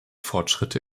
fortschritte